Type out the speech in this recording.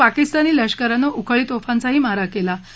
पाकिस्तानी लष्करानं उखळी तोफांचाही मारा कळा